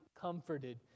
comforted